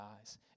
eyes